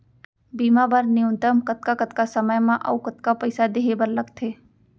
बीमा बर न्यूनतम कतका कतका समय मा अऊ कतका पइसा देहे बर लगथे